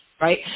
right